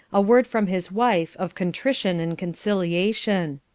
a word from his wife of contrition and conciliation.